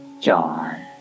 John